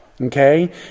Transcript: Okay